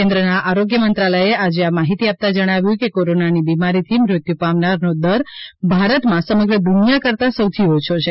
કેન્દ્રના આરોગ્ય મંત્રાલયે આજે આ માહિતી આપતાં જણાવ્યું કે કોરોનાની બિમારીથી મૃત્યુ પામનારાનો દર ભારતમાં સમગ્ર દુનિયા કરતાં સૌથી ઓછો છે